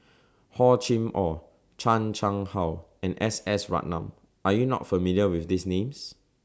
Hor Chim Or Chan Chang How and S S Ratnam Are YOU not familiar with These Names